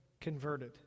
converted